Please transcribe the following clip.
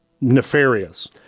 nefarious